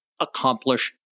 accomplish